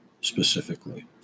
specifically